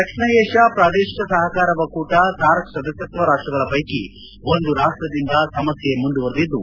ದಕ್ಷಿಣ Asia ಪ್ರಾದೇಶಿಕ ಸಹಕಾರ ಒಕ್ಕೂಟ ಸಾರ್ಕ್ ಸದಸ್ಯತ್ತ ರಾಷ್ಷಗಳ ಪೈಕಿ ಒಂದು ರಾಷ್ಷದಿಂದ ಸಮಸ್ಯ ಮುಂದುವರೆದಿದ್ದು